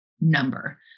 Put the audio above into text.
number